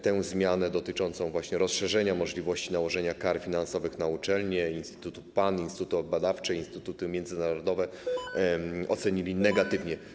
Tę zmianę dotyczącą rozszerzenia możliwości nałożenia kar finansowych na uczelnie, instytuty PAN, instytuty badawcze, instytuty międzynarodowe ocenili oni negatywnie.